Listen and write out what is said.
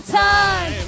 time